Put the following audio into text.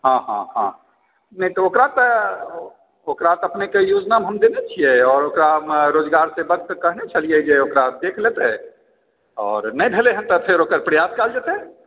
हँ हँ हँ नहि तऽ ओकरा तऽ अपनेकेँ योजनामे हम देने छियै आ ओकरा रोजगारसेवकके कहने छलियै जे ओकरा देख लेतै आओर नहि भेलै हँ तऽ फेर ओकर प्रयास कयल जेतै